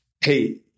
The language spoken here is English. Hey